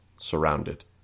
surrounded